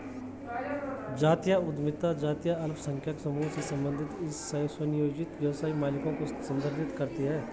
जातीय उद्यमिता जातीय अल्पसंख्यक समूहों से संबंधित स्वनियोजित व्यवसाय मालिकों को संदर्भित करती है